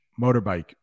motorbike